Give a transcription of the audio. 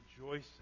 rejoicing